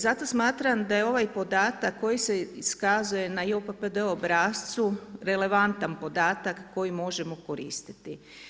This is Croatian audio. Zato smatram da je ovaj podatak koji se iskazuje na JOPPD obrascu relevantan podatak koji možemo koristiti.